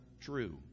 true